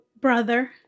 Brother